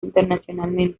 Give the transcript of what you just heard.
internacionalmente